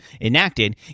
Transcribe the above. enacted